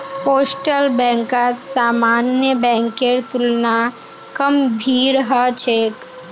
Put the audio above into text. postal बैंकत सामान्य बैंकेर तुलना कम भीड़ ह छेक